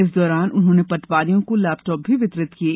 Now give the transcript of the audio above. इस दौरान उन्होंने पटवारियों को लेपटॉप भी वितरित किये